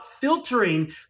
filtering